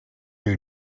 you